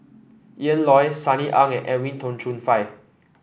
Ian Loy Sunny Ang and Edwin Tong Chun Fai